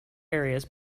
areas